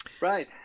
Right